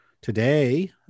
today